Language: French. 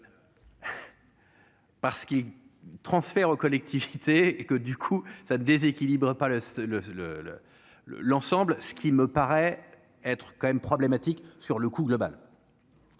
Parce qu'il transfère aux collectivités et que du coup ça déséquilibre pas le le le le le l'ensemble, ce qui me paraît être quand même problématique sur le coût global.